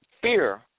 fear